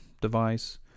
device